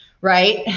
right